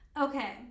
Okay